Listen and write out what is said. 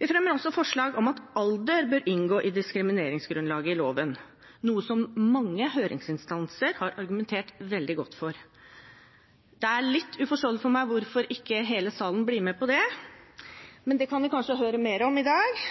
Vi fremmer også forslag om at alder bør inngå i diskrimineringsgrunnlaget i loven, noe mange høringsinstanser har argumentert veldig godt for. Det er litt uforståelig for meg hvorfor ikke hele salen blir med på det, men det kan vi kanskje høre mer om i dag.